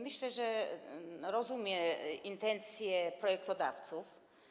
Myślę, że rozumiem intencje projektodawców.